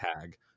tag